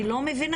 אני לא מבינה.